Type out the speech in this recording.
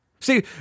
See